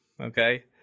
Okay